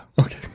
Okay